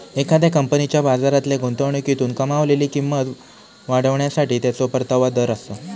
एखाद्या कंपनीच्या बाजारातल्या गुंतवणुकीतून कमावलेली किंमत वाढवण्यासाठी त्याचो परतावा दर आसा